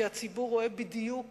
כי הציבור רואה בדיוק